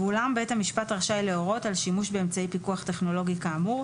ואולם בית המשפט רשאי להורות על שימוש באמצעי פיקוח טכנולוגי כאמור,